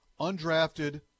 undrafted